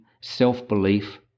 self-belief